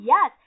Yes